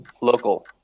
Local